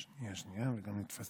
זה בהשפעת